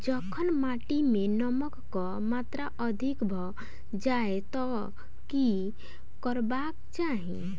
जखन माटि मे नमक कऽ मात्रा अधिक भऽ जाय तऽ की करबाक चाहि?